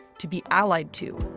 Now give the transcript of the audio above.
to be allied to.